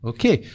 Okay